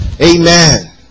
Amen